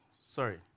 sorry